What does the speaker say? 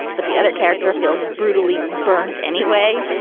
but the other character feels brutally burnt anyway.